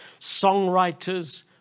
songwriters